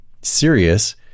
serious